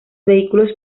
vehículos